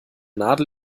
nadel